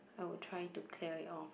I will try to clear it off